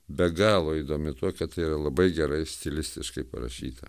be galo įdomi tuo kad tai yra labai gerai stilistiškai parašyta